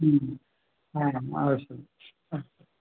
एवम् अवश्यम् अस्तु